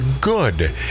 good